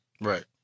Right